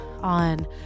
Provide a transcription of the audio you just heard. on